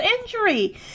injury